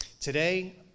Today